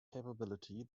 capability